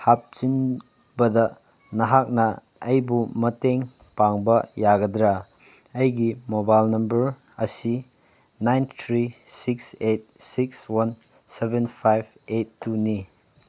ꯍꯥꯞꯆꯤꯟꯕꯗ ꯅꯍꯥꯛꯅ ꯑꯩꯕꯨ ꯃꯇꯦꯡ ꯄꯥꯡꯕ ꯌꯥꯒꯗ꯭ꯔꯥ ꯑꯩꯒꯤ ꯃꯣꯕꯥꯏꯜ ꯅꯝꯕꯔ ꯑꯁꯤ nine three six eight six one seven five eight ꯇꯨꯅꯤ